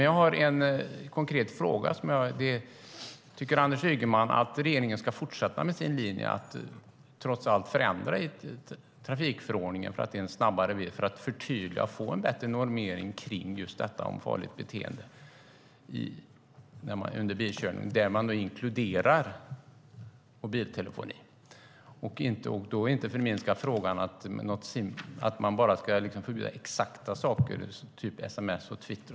Jag har en konkret fråga: Tycker Anders Ygeman att regeringen ska fortsätta med sin linje och trots allt förändra i trafikförordningen eftersom det är en snabbare väg att förtydliga och få en bättre normering kring detta med farligt beteende, där man inkluderar mobiltelefoni, under bilkörning? Man ska inte förminska frågan och säga att man bara ska förbjuda exakta saker, till exempel sms och Twitter.